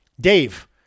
Dave